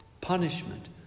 punishment